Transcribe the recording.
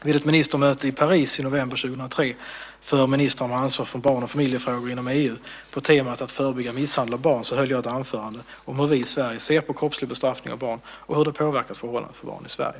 Vid ett ministermöte i Paris i november 2003 för ministrar med ansvar för barn och familjefrågor inom EU på temat att förebygga misshandel av barn höll jag ett anförande om hur vi i Sverige ser på kroppslig bestraffning av barn och hur det påverkat förhållanden för barn i Sverige.